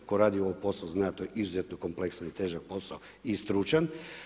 Tko radi u ovom poslu, zna, to je izuzetno kompleksan i težak posao i stručan.